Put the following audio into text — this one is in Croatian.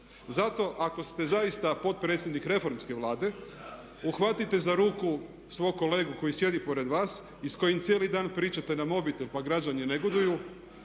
Zato ako ste zaista potpredsjednik reformske Vlade uhvatite za ruku svog kolegu koji sjedi pored vas i s kojim cijeli dan pričate na mobitel pa građani negoduju